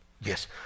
yes